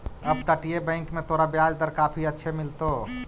अपतटीय बैंक में तोरा ब्याज दर काफी अच्छे मिलतो